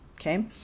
Okay